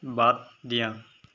বাদ দিয়া